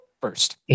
first